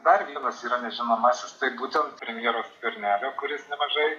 dar vienas yra nežinomasis tai būtent premjero skvernelio kuris nemažai